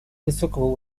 высокого